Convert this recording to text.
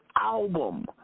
album